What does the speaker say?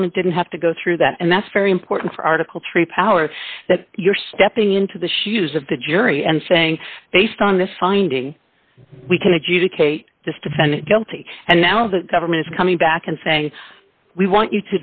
government didn't have to go through that and that's very important for article three power that you're stepping into the shoes of the jury and saying based on this finding we can adjudicate this defendant guilty and now the government is coming back and saying we want you